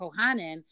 Kohanim